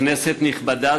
כנסת נכבדה,